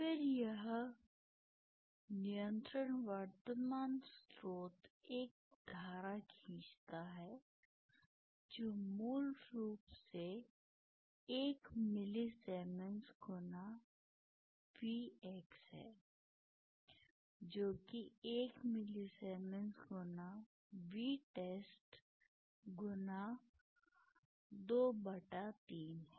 फिर यह नियंत्रण वर्तमान स्रोत एक धारा खींचता है जो मूल रूप से 1 मिलीसीमेंस गुना Vx है जो कि 1 मिलीसीमेंस गुना Vtest23 है